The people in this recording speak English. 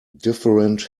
different